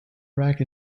rack